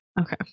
Okay